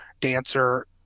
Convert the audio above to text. dancer